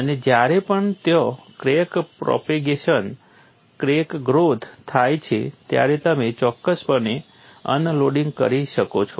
અને જ્યારે પણ ત્યાં ક્રેક પ્રોપેગેશન ક્રેક ગ્રોથ થાય છે ત્યારે તમે ચોક્કસપણે અનલોડિંગ કરી શકો છો